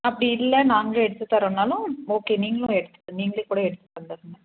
அப்படி இல்லை நாங்களே எடுத்து தரோன்னாலும் ஓகே நீங்களும் எடுத்து நீங்களே கூட எடுத்து தந்துடுங்க